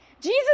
Jesus